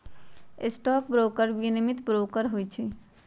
stock broker विनियमित broker होइ छइ